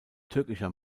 türkischer